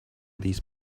these